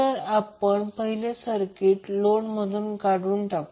तर आपण पहिले सर्किट मधून लोड काढून टाकू